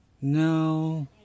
No